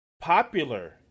popular